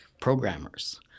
programmers